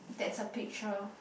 that's a picture